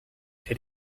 elle